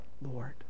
Lord